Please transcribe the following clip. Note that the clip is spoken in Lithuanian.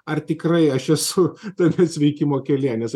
ar tikrai aš esu tame sveikimo kelyje nes